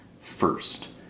First